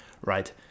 right